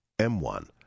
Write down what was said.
M1